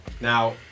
Now